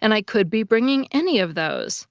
and i could be bringing any of those,